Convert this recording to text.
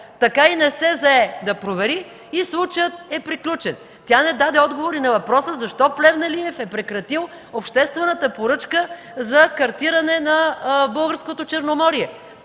така и не се зае да провери и случаят е приключен. Тя не даде отговор и на въпроса: Защо Плевнелиев е прекратил обществената поръчка за картиране на българското Черноморие?